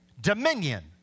Dominion